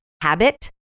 habit